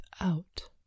out